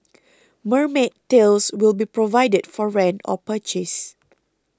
mermaid tails will be provided for rent or purchase